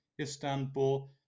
Istanbul